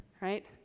right